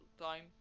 time